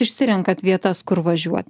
išsirenkat vietas kur važiuot